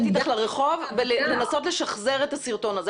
איתך לרחוב ולנסות לשחזר את הסרטון הזה.